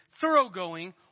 thoroughgoing